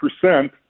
percent